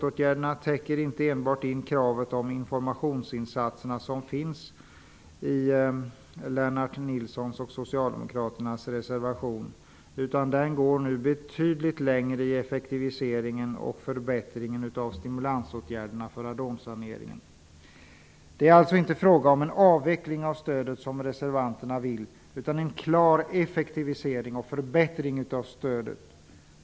åtgärderna uppfyller inte bara det krav på informationsinsatser som finns i Lennart Nilssons och socialdemokraternas reservation utan går betydligt längre i effektiviseringen och förbättringen av stimulansåtgärderna för radonsanering. Det är alltså inte fråga om att avveckla stödet, som reservanterna vill göra, utan om en klar effektivisering och förbättring av stödet.